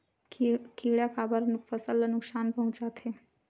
किड़ा काबर फसल ल नुकसान पहुचाथे?